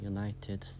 United